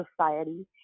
society